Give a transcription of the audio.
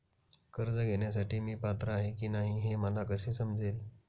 कर्ज घेण्यासाठी मी पात्र आहे की नाही हे मला कसे समजेल?